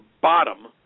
bottom